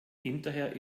hinterher